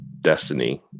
destiny